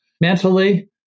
mentally